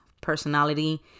personality